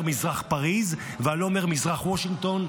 "מזרח פריז" ואני לא אומר "מזרח וושינגטון".